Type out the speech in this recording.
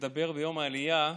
לדבר ביום העלייה,